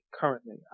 Currently